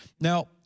Now